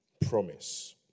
promise